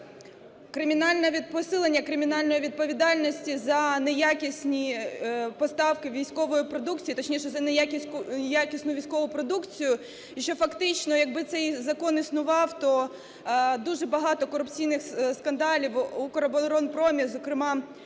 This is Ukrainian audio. блокується посилення кримінальної відповідальності за неякісні поставки військової продукції, точніше, за неякісну військову продукцію. І, що фактично, якби цей закон існував, то дуже багато корупційних скандалів в "Укроборонпром", і, зокрема,